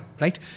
right